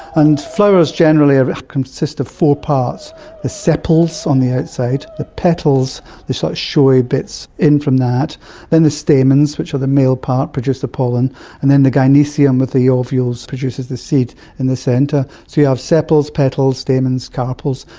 and flowers generally consist of four parts the sepals on the outside the petals, the showy bits in from that then the stamens, which are the male part and produce the pollen and then the gynoecium with the ovules produces the seed in the centre. so you have sepals, petals, stamens, carpels,